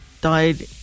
died